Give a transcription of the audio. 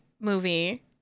movie